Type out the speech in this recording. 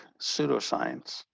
pseudoscience